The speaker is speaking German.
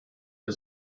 wir